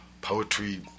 poetry